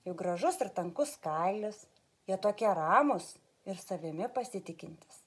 jų gražus ir tankus kailis jie tokie ramūs ir savimi pasitikintys